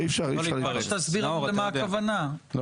תסביר למה כוונתך,